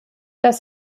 das